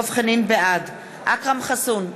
בעד אכרם חסון,